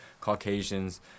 Caucasians